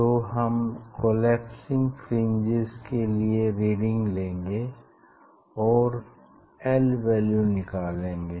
तो हम collapsing fringes के लिए रीडिंग लेंगे और एल वैल्यू निकालेंगे